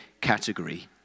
category